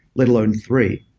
let alone three.